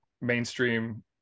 mainstream